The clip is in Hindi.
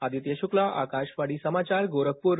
आदित्य शुक्ला आकासवाणी समाचार गोरखपुर